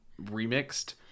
remixed